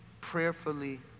prayerfully